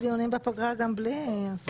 תודה.